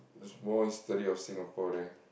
there's more history on Singapore there